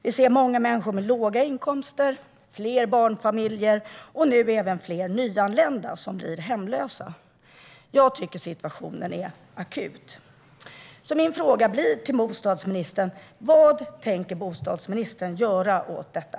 Vi ser många människor med låga inkomster, fler barnfamiljer och nu även fler nyanlända som blir hemlösa. Jag tycker att situationen är akut, så min fråga till bostadsministern är: Vad tänker bostadsministern göra åt detta?